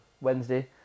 wednesday